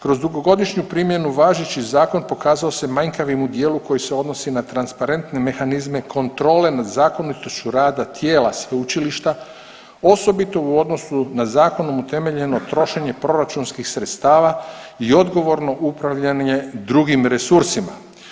Kroz dugogodišnju primjenu važeći zakon pokazao se manjkavim u dijelu koji se odnosi na transparentne mehanizme kontrole nad zakonitošću rada tijela sveučilišta osobito u odnosu na zakonom utemeljeno trošenje proračunskih sredstava i odgovorno upravljanje drugim resursima.